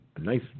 nice